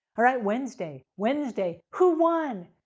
all right, wednesday. wednesday, who won?